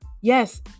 Yes